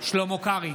שלמה קרעי,